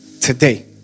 today